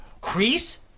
Crease